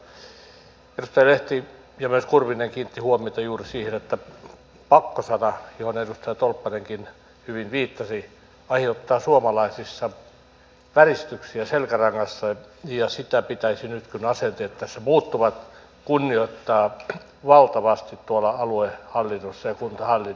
edustajat lehti ja myös kurvinen kiinnittivät huomiota juuri siihen että pakko sana johon edustaja tolppanenkin hyvin viittasi aiheuttaa suomalaisissa väristyksiä selkärangassa ja sitä pitäisi nyt kun asenteet tässä muuttuvat kunnioittaa valtavasti tuolla aluehallinnossa ja kuntahallinnossa